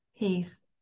Peace